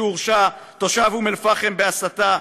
כשהורשע תושב אום אלפחם בהסתה,